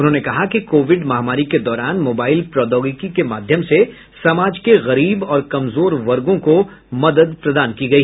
उन्होंने कहा कि कोविड महामारी के दौरान मोबाइल प्रौद्योगिकी के माध्यम से समाज के गरीब और कमजोर वर्गों को मदद प्रदान की गई